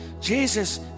Jesus